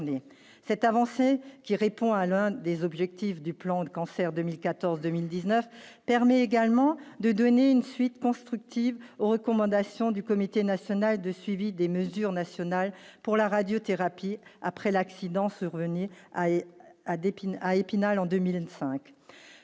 cette avancée qui répond à l'un des objectifs du plan de cancer 2014, 2019 permet également de donner une suite constructive aux recommandations du comité national de suivi des mesures nationales pour la radiothérapie après l'accident se renier à et à